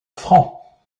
francs